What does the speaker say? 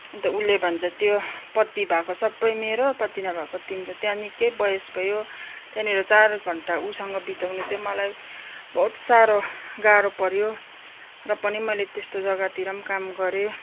अन्त उसले भन्छ त्यो पत्ती भएको सबै मेरो पत्ती नभएको तिम्रो त्यहाँ निक्कै बहस भयो त्यहाँनिर चार घन्टा उसँग बिताउनु चाहिँ मलाई बहुत साह्रो गाह्रो पर्यो र पनि मैले त्यस्तो जग्गातिर पनि मैले काम गरेँ